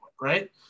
right